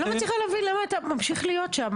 אני לא מבינה למה אתה ממשיך להיות שם?